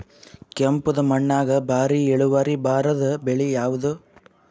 ಕೆಂಪುದ ಮಣ್ಣಾಗ ಭಾರಿ ಇಳುವರಿ ಬರಾದ ಬೆಳಿ ಯಾವುದು?